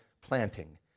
planting